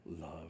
love